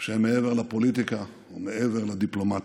שהם מעבר לפוליטיקה ומעבר לדיפלומטיה.